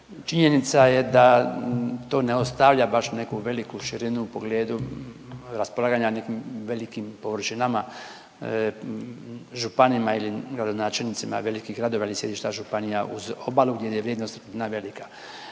činjenica je da to ne ostavlja baš neku veliku širinu u pogledu raspolaganja nekim velikim površinama županijama ili gradonačelnicima velikih gradova ili sjedišta županija uz obalu gdje je vrijednost velika.